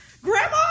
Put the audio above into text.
Grandma